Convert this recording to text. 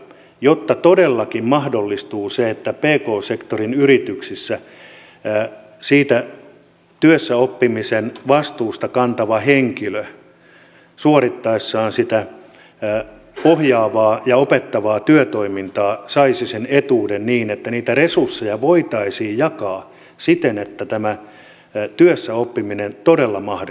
näin todellakin mahdollistuu se että pk sektorin yrityksissä siitä työssäoppimisesta vastuuta kantava henkilö suorittaessaan ohjaavaa ja opettavaa työtoimintaa saisi sen etuuden niin että resursseja voitaisiin jakaa siten että tämä työssäoppiminen todella mahdollistuisi